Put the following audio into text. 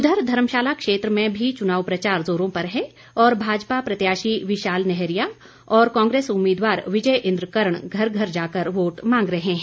उधर धर्मशाला क्षेत्र में भी चुनाव प्रचार जोरों पर है और भाजपा प्रत्याशी विशाल नेहरिया और कांग्रेस उम्मीदवार विजय इन्द्र करण घर घर जाकर वोट मांग रहे हैं